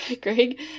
Greg